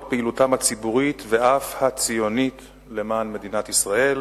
פעילותם הציבורית ואף הציונית למען מדינת ישראל,